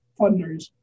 funders